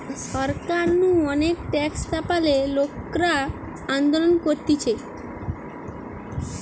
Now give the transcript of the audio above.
সরকার নু অনেক ট্যাক্স চাপালে লোকরা আন্দোলন করতিছে